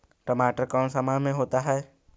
टमाटर कौन सा माह में होता है?